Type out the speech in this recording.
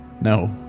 No